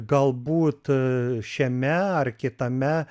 galbūt a šiame ar kitame